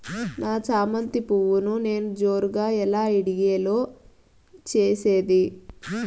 నా చామంతి పువ్వును నేను జోరుగా ఎలా ఇడిగే లో చేసేది?